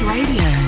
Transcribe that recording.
Radio